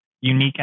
unique